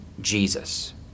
Jesus